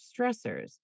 stressors